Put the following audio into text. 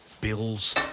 Bills